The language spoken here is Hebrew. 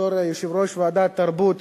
בתור יושב-ראש ועדת התרבות